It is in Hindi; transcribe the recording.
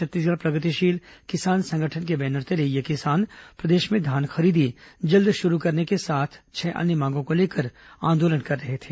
छत्तीसगढ़ प्रगतिशील किसान संगठन के बैनर तले ये किसान प्रदेश में धान खरीदी जल्द शुरू करने के साथ छह अन्य मांगों को लेकर आंदोलन कर रहे थे